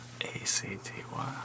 A-C-T-Y